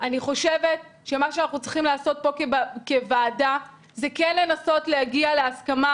אני חושבת שמה שאנחנו צריכים לעשות פה כוועדה זה כן לנסות להגיע להסכמה